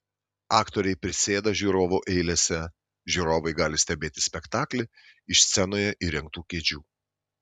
aktoriai prisėda žiūrovų eilėse žiūrovai gali stebėti spektaklį iš scenoje įrengtų kėdžių